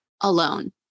alone